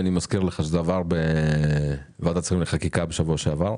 אני מזכיר לך שזה עבר בוועדת שרים לחקיקה בשבוע שעבר.